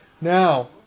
Now